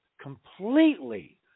completely